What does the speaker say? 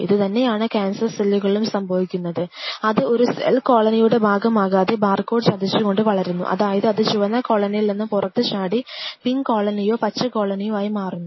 ഇതുതന്നെയാണ് കാൻസർ സെല്ലുകളിലും സംഭവിക്കുന്നത് അത് ഒരു സെൽ കോളനിയുടെ ഭാഗമാകാതെ ബാർകോഡ് ചതിച്ചു കൊണ്ട് വളരുന്നുഅതായത് അത് ചുവന്ന കോളനിയിൽ നിന്ന് പുറത്തുചാടി പിങ്ക് കോളനിയോ പച്ച കോളനിയോ ആയി മാറുന്നു